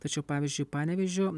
tačiau pavyzdžiui panevėžio